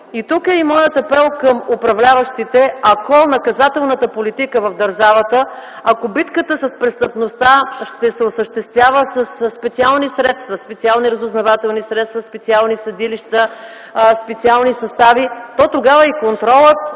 Тук е и моят апел към управляващите: ако наказателната политика в държавата, ако битката с престъпността ще се осъществява със специални средства – специални разузнавателни средства, специални съдилища, специални състави, то тогава и контролът,